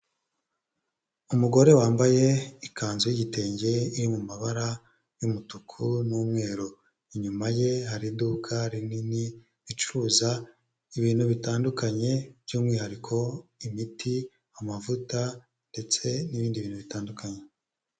Umugore wambaye ikanzu y'igitenge iri mu mabara y'umutuku n'umweru, inyuma ye hari iduka rinini, ricuruza ibintu bitandukanye by'umwihariko imiti, amavuta ndetse n'ibindi bintu bitandukanye.